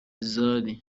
zari